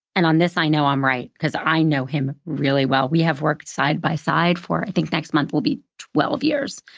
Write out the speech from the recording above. and on this i know i'm right, cause i know him really well. we have worked side by side for i think next month will be twelve years.